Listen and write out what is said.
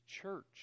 church